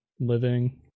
living